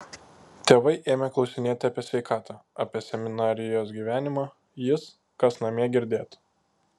tėvai ėmė klausinėti apie sveikatą apie seminarijos gyvenimą jis kas namie girdėt